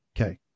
Okay